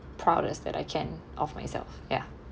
proudest that I can of myself ya